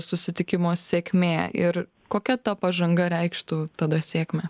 susitikimo sėkmė ir kokia ta pažanga reikštų tada sėkmę